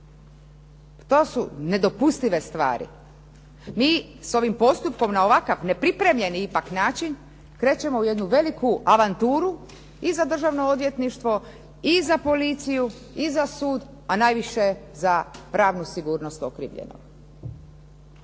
To su nedopustive stvari. Mi s ovim postupkom na ovakav nepripremljeni ipak način krećemo u jednu avanturu i za Državno odvjetništvo, i za policiju, i za sud a najviše za pravnu sigurnost okrivljenog.